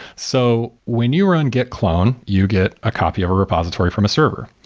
so when you run git clone, you get a copy of a repository from a server.